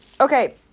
okay